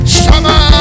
summer